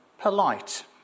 polite